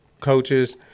coaches